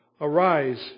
Arise